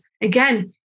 again